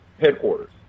headquarters